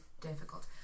difficult